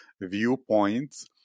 viewpoints